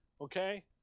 Okay